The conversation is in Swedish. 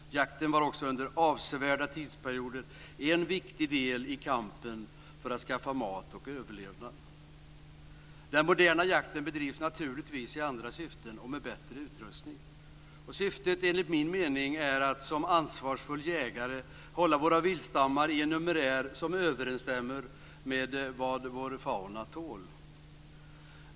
Jakten var också under avsevärda tidsperioder en viktig del i kampen för att skaffa mat för överlevnad. Den moderna jakten bedrivs naturligtvis i andra syften och med bättre utrustning. Syftet är enligt min mening att vi som ansvarsfulla jägare ska hålla våra viltstammar vid en numerär som överensstämmer med vad naturen tål.